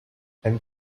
and